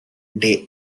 day